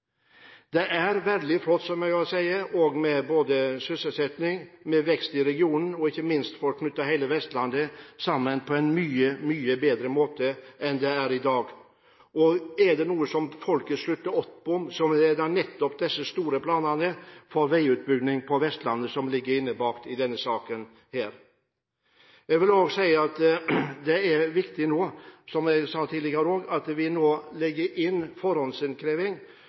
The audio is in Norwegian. Det er, som jeg har sagt, veldig flott med sysselsetting og vekst i regionen, ikke minst for å knytte hele Vestlandet sammen på en mye bedre måte enn i dag. Er det noe folk slutter opp om, er det nettopp de store planene for veiutbygging på Vestlandet som ligger innbakt i denne saken. Jeg vil også si, som jeg sa tidligere, at det er viktig at vi nå legger inn forhåndsinnkreving for å få en framdrift i disse planene. Fra Rogalands side er vi